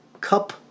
Cup